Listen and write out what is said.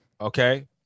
Okay